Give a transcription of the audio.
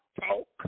talk